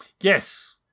yes